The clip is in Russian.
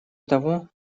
того